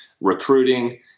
recruiting